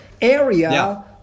area